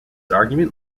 argument